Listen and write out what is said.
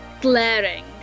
glaring